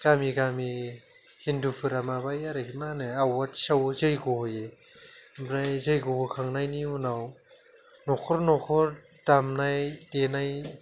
गामि गामि हिन्दुफोरा माबायो आरो मा होनो आवाथि सावो जैग' होयो ओमफ्राय जैग' होखांनायनि उनाव न'खर न'खर दामनाय देनाय